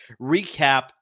recap